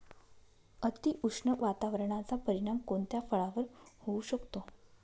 अतिउष्ण वातावरणाचा परिणाम कोणत्या फळावर होऊ शकतो?